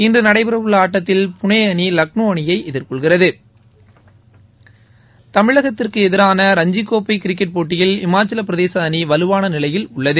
இன்று நடைபெறவுள்ள ஆட்டத்தில் பூனே அணி லக்னோ அணியை எதிர்கொள்கிறது தமிழகத்திற்கு எதிராள ரஞ்சிக்கோப்பை கிரிக்கெட் போட்டியில் இமாச்சலப் பிரதேச அணி வலுவான நிலையில் உள்ளது